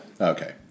Okay